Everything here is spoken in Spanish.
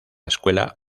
escuela